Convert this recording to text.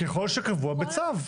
ככל שקבוע בצו.